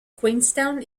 queenstown